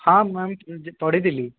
ହଁ ମ୍ୟାମ୍ ପଢ଼ି ଥିଲି